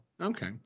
Okay